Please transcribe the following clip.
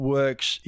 works